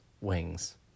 wings